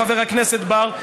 חבר הכנסת בר,